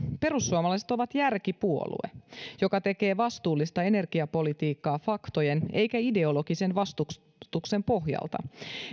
perussuomalaiset on järkipuolue joka tekee vastuullista energiapolitiikkaa faktojen eikä ideologisen vastustuksen pohjalta